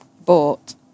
bought